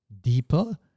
deeper